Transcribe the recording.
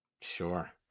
Sure